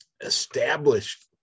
established